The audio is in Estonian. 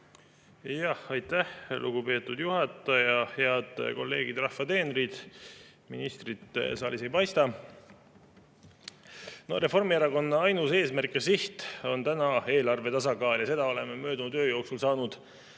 Aitäh, lugupeetud juhataja! Head kolleegid, rahva teenrid! Ministrit saalis ei paista. Reformierakonna ainus eesmärk ja siht on praegu eelarve tasakaal ja seda oleme möödunud öö jooksul saanud